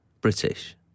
British